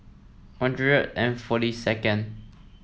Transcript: One Hundred and forty second